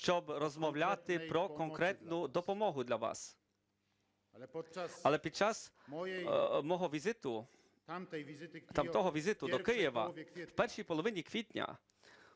щоб розмовляти про конкретну допомогу для вас. Але під час мого візиту, того візиту до Києва в першій половині квітня,